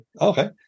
okay